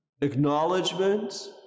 acknowledgement